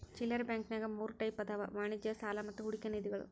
ಚಿಲ್ಲರೆ ಬಾಂಕಂನ್ಯಾಗ ಮೂರ್ ಟೈಪ್ ಅದಾವ ವಾಣಿಜ್ಯ ಸಾಲಾ ಮತ್ತ ಹೂಡಿಕೆ ನಿಧಿಗಳು